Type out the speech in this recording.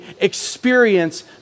experience